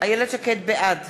בעד